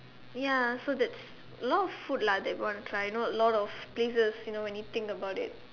ya so that's a lot of food lah that we want to try you know a lot of places when you think about it